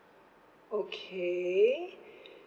okay